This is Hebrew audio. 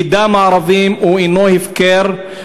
כי דם ערבים אינו הפקר,